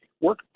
work